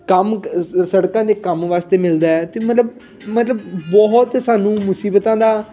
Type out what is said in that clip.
ਕੰਮ ਸੜਕਾਂ ਦੇ ਕੰਮ ਵਾਸਤੇ ਮਿਲਦਾ ਹੈ ਤਾਂ ਮਤਲਬ ਮਤਲਬ ਬਹੁਤ ਸਾਨੂੰ ਮੁਸੀਬਤਾਂ ਦਾ